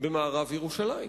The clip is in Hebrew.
במערב ירושלים.